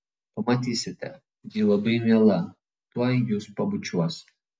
pamatysite ji labai miela tuoj jus pabučiuos